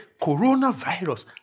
coronavirus